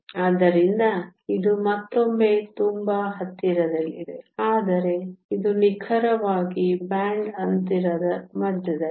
ಆದ್ದರಿಂದ ಇದು ಮತ್ತೊಮ್ಮೆ ತುಂಬಾ ಹತ್ತಿರದಲ್ಲಿದೆ ಆದರೆ ಇದು ನಿಖರವಾಗಿ ಬ್ಯಾಂಡ್ ಅಂತರದ ಮಧ್ಯದಲ್ಲಿಲ್ಲ